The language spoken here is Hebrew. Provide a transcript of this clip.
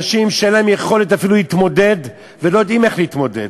אנשים שאין להם יכולת אפילו להתמודד ולא יודעים איך להתמודד,